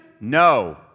No